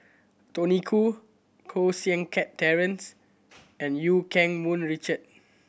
Tony Khoo Koh Seng Kiat Terence and Eu Keng Mun Richard